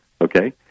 Okay